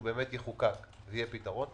שהוא באמת יחוקק ויהיה פתרון,